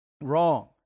wrong